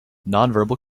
nonverbal